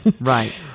Right